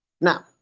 Now